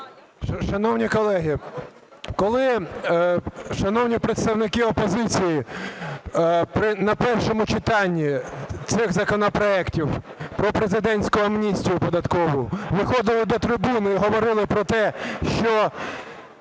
Шановні колеги, коли шановні представники опозиції на першому читанні цих законопроектів про президентську амністію податкову виходили до трибуни і говорили про те, що